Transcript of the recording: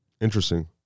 Interesting